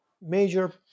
major